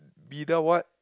middle what